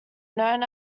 known